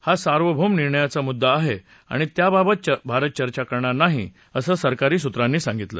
हा सार्वभौम निर्णायाचा मुद्दा आहे आणि त्याबाबत भारत चर्चा करणार नाही असं सरकारी सूत्रांनी सांगितलं